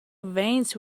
veins